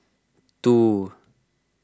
two